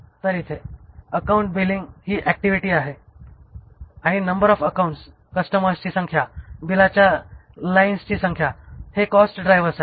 तरइथे account billing हि activity आहे आणि नंबर ऑफ अकाउंट्स कस्टमर्सची संख्या बिलच्या लाईन्सची संख्या हे कॉस्ट ड्रायव्हर्स आहेत